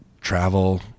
travel